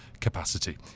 capacity